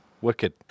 Wicked